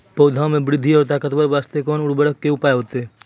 पौधा मे बृद्धि और ताकतवर बास्ते कोन उर्वरक के उपयोग होतै?